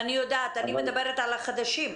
אני יודעת, אני מדברת על החדשים.